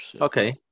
Okay